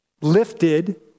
lifted